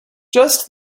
just